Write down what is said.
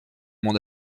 mon